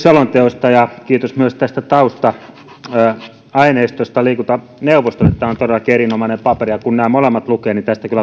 selonteosta ja kiitos myös tästä tausta aineistosta liikuntaneuvostolle tämä on todellakin erinomainen paperi ja kun nämä molemmat lukee niin tästä kyllä